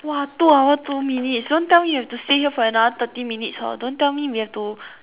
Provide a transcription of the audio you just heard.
!wah! two hour two minutes don't tell me we have to stay here for another thirty minutes hor don't tell me we have to